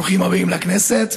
ברוכים הבאים לכנסת.